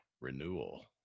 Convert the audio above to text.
renewal